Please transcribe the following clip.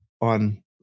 On